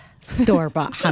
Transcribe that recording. store-bought